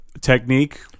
technique